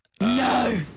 No